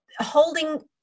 holding